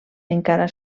encara